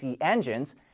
engines